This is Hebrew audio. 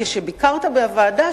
כשביקרת בוועדה,